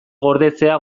gordetzea